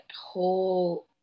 whole